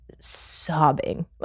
sobbing